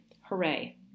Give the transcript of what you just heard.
hooray